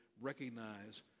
recognize